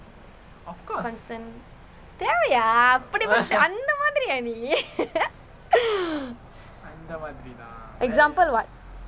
constant தேவையா அப்படி வந்து அந்த மாதிரியா நீ:thevaiyaa appadi vanthu antha mathiriyaa ni example [what]